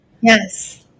Yes